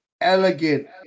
elegant